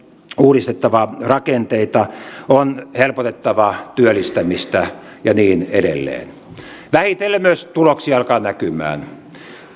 uudistettava rakenteita on helpotettava työllistämistä ja niin edelleen vähitellen myös tuloksia alkaa näkymään